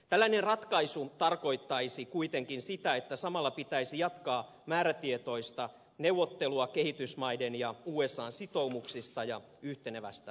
tällainen ratkaisu tarkoittaisi kuitenkin sitä että samalla pitäisi jatkaa määrätietoista neuvottelua kehitysmaiden ja usan sitoumuksista ja yhtenevästä tulevaisuudesta